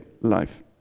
life